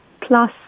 plus